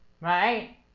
right